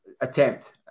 attempt